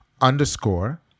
underscore